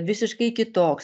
visiškai kitoks